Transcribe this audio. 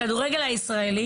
הכדורגל הישראלי